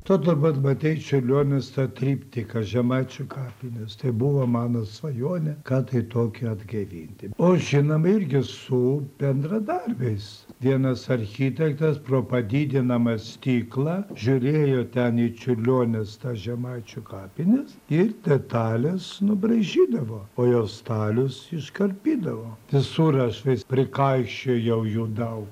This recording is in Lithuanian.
tu dabar matei čiurlionis tą triptiką žemaičių kapinės tai buvo mano svajonė ką tai tokį atgaivinti o aš žinoma irgi su bendradarbiais vienas architektas pro padidinamą stiklą žiūrėjo ten į čiurlionis tą žemaičių kapinės ir detales nubraižydavo o jau stalius iškarpydavo visur aš vis prikaišiojau jų daug